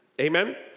Amen